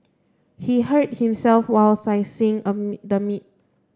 he hurt himself while slicing the meat